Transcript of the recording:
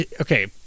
Okay